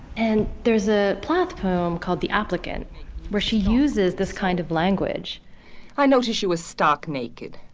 and there is a plath poem called the applicant where she uses this kind of language i notice she was stark naked.